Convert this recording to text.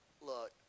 look